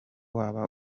waba